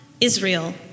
Israel